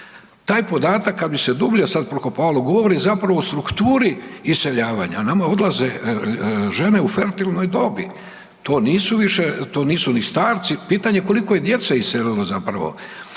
Taj podatak kada bi se dublje prokopavalo govori o strukturi iseljavanja. Nama odlaze žene u fertilnoj dobi, to nisu ni starci. Pitanje je koliko je djece iselilo?